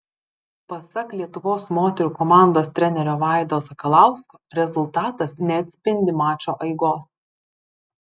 pasak lietuvos moterų komandos trenerio vaido sakalausko rezultatas neatspindi mačo eigos